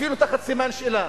אפילו תחת סימן שאלה.